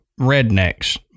rednecks